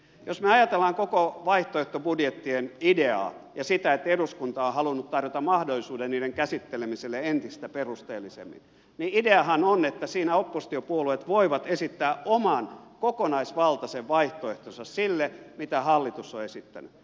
jos me ajattelemme koko vaihtoehtobudjettien ideaa ja sitä että eduskunta on halunnut tarjota mahdollisuuden niiden käsittelemiselle entistä perusteellisemmin niin ideahan on että siinä oppositiopuolueet voivat esittää oman kokonaisvaltaisen vaihtoehtonsa sille mitä hallitus on esittänyt